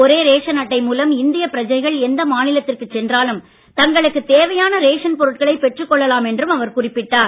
ஒரே ரேஷன் அட்டை மூலம் இந்தியப் பிரஜைகள் எந்த மாநிலத்திற்குச் சென்றாலும் தங்களுக்குத் தேவையான ரேஷன் பொருட்களைப் பெற்றுக் கொள்ளலாம் என்று குறிப்பிட்டார்